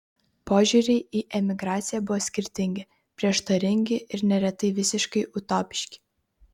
požiūriai į emigraciją buvo skirtingi prieštaringi ir neretai visiškai utopiški